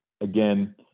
again